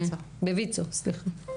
בויצ"ו.